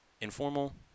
informal